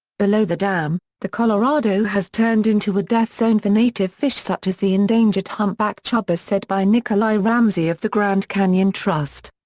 below the dam, the colorado has turned into a death zone for native fish such as the endangered humpback chub as said by nikolai ramsey of the grand canyon trust.